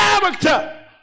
character